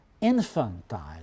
infantile